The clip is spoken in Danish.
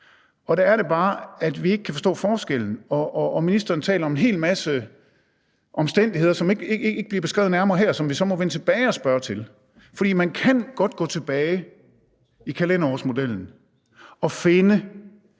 og der er det bare, at vi ikke kan forstå forskellen. Ministeren taler om en hel masse omstændigheder, som ikke bliver beskrevet nærmere her, og som vi så må vende tilbage og spørge til. For man kan godt gå tilbage i kalenderårsmodellen og finde